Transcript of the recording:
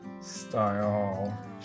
style